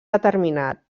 determinat